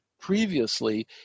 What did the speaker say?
previously